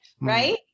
right